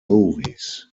movies